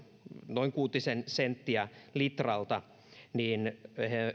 noin kuutisen senttiä litralta ja